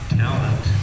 talent